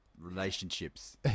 relationships